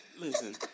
listen